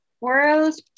World